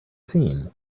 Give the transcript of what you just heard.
seen